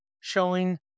showing